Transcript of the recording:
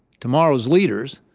tomorrow's leaders,